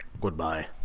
Goodbye